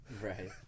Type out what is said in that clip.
Right